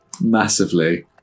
Massively